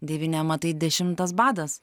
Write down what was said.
devyni amatai dešimtas badas